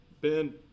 Ben